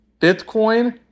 Bitcoin